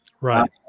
Right